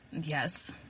Yes